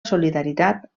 solidaritat